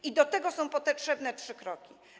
I do tego są potrzebne trzy kroki.